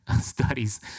studies